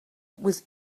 was